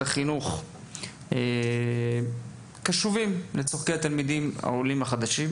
החינוך קשוב לצרכי התלמידים העולים החדשים,